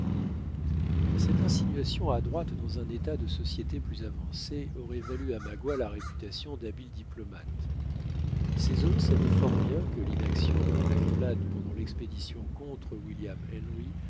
cette insinuation adroite dans un état de société plus avancé aurait valu à magua la réputation d'habile diplomate ses hôtes savaient fort bien que l'inaction de leur peuplade pendant l'expédition contre william henry